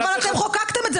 אבל אתם חוקקתם את זה,